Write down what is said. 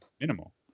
minimal